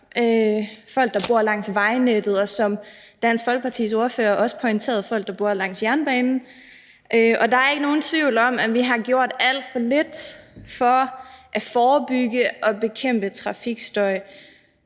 der bor langs vejnettet, og, som Dansk Folkepartis ordfører også pointerede, folk, der bor langs jernbanen. Og der er ikke nogen tvivl om, at vi har gjort alt for lidt for at forebygge og bekæmpe trafikstøj.